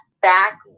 back